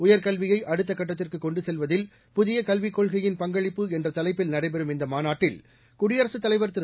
உயர் கல்வியை அடுத்த கட்டத்திற்கு கொண்டு செல்வதில் புதிய கல்விக் கொள்கையின் பங்களிப்பு என்ற தலைப்பில் நடைபெறும் இந்த மாநாட்டில் சூடியரசுத் தலைவர் திரு